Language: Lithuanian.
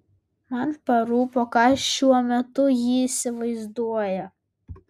man parūpo ką šiuo metu ji įsivaizduoja